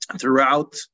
Throughout